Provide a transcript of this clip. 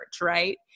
right